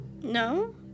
No